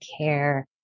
care